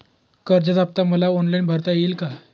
कर्जाचा हफ्ता मला ऑनलाईन भरता येईल का?